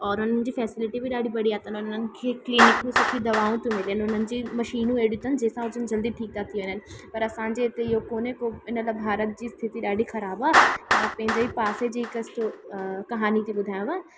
और उन्हनि जी फैसिलिटी बि ॾाढी बढ़िया अथनि उन्हनि खे क्लीनिक में सुठी दवाऊं थियूं मिलनि उन्हनि जी मशीनूं अहिड़ियूं अथनि जंहिंसां हो जन जल्दी ठीकु था थी वञनि पर असांजे हिते इहो कोन्हे को इन लाइ भारत जी स्थिति ॾाढी ख़राबु आहे मां पंहिंजे ई पासे जी हिकु स्टो कहाणी थी ॿुधायांव